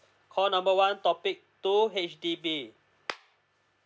call number one topic two H_D_B